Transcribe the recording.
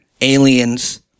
Aliens